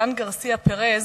אלאן גרסייה פרז,